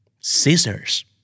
Scissors